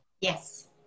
Yes